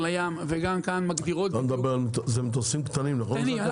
אלה מטוסים קטנים, נכון?